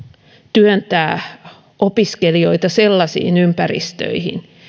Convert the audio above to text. työntää opiskelijoita sellaisiin ympäristöihin